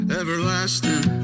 everlasting